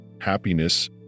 happiness